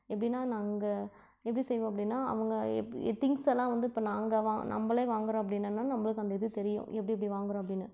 எப்படின்னா நாங்கள் எப்படி செய்வோம் அப்படின்னா அவங்க திங்ஸெல்லாம் வந்து இப்போ நாங்கள் வா நம்பளே வாங்குகிறோம் அப்படினோன்னா நம்பளுக்கு அந்த இது தெரியும் எப்படி எப்படி வாங்குகிறோம் அப்படின்னு